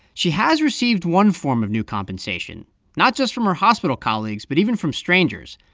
she has received one form of new compensation not just from her hospital colleagues, but even from strangers.